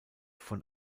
von